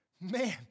Man